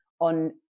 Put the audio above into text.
on